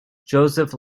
joseph